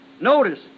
Notice